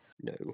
No